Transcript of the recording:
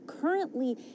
currently